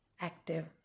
active